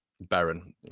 Baron